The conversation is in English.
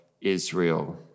Israel